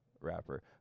rapper